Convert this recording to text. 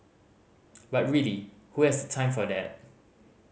but really who has time for that